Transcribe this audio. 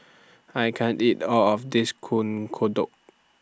I can't eat All of This Kuih Kodok